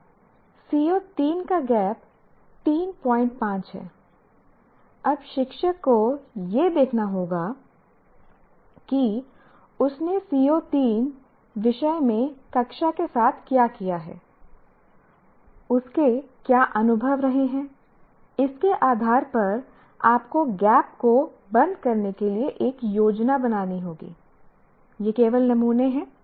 अब CO3 का gap 35 है अब शिक्षक को यह देखना होगा कि उसने CO3 विषय में कक्षा के साथ क्या किया है उसके क्या अनुभव रहे हैं इसके आधार पर आपको गैप को बंद करने के लिए एक योजना बनानी होगी ये केवल नमूने हैं